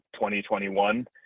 2021